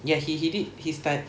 ya he he did he stud~